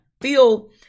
feel